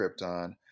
Krypton